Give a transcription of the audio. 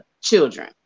children